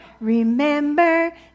remember